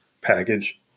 package